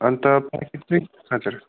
अन्त हजुर